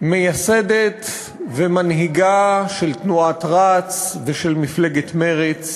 מייסדת ומנהיגה של תנועת רצ ושל מפלגת מרצ,